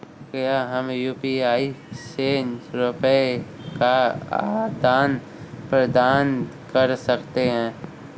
क्या हम यू.पी.आई से रुपये का आदान प्रदान कर सकते हैं?